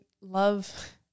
love